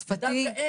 שפתי.